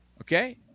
Okay